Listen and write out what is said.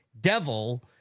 devil